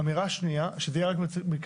אמירה שנייה היא שזה יהיה רק במקרה